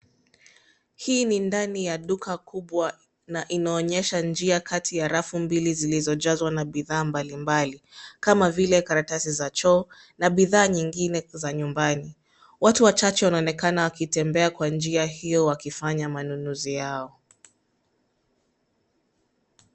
Hii ni ndani ya duka kubwa na inaonyesha njia kati ya rafu mbili zilizojazwa na bidhaa mbalimbali kama vile karatasi za choo na bidhaa nyingine za nyumbani. Watu wachache wanaonekana wakitembea kwa njia hiyo wakifanya manunuzi yao.